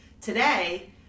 Today